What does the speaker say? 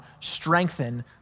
strengthen